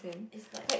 it's like